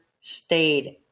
stayed